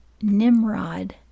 Nimrod